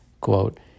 quote